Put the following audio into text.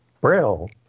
Braille